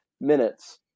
minutes